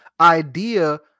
idea